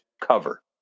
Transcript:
cover